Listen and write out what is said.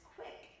Quick